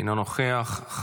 אינו נוכח.